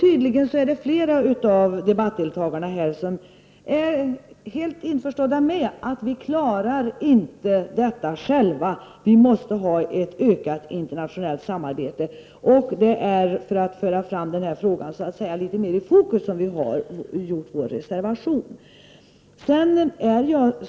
Tydligen är det fler av debattdeltagarna som är helt övertygade om att vi inte klarar detta själva, vi måste ha ett ökat internationellt samarbete. Det är för att föra fram frågan litet mera i fokus som vi har skrivit vår reservation.